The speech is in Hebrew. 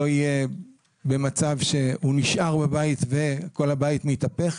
לא יהיה במצב שהוא נשאר בבית וכל הבית מתהפך,